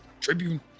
Tribune